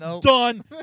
done